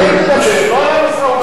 על זה תדבר, לא על המשא-ומתן,